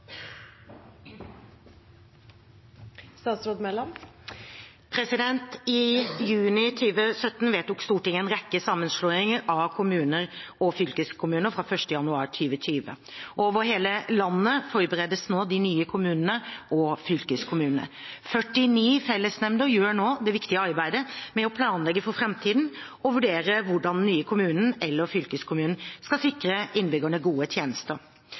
I juni 2017 vedtok Stortinget en rekke sammenslåinger av kommuner og fylkeskommuner fra 1. januar 2020. Over hele landet forberedes nå de nye kommunene og fylkeskommunene. 49 fellesnemnder gjør nå det viktige arbeidet med å planlegge for framtiden og vurdere hvordan den nye kommunen eller fylkeskommunen skal sikre innbyggerne gode tjenester.